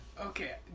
okay